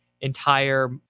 entire